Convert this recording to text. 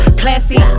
classy